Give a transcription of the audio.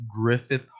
Griffith